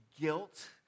guilt